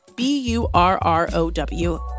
B-U-R-R-O-W